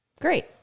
great